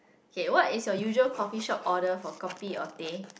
K what is your usual coffee shop order for kopi or teh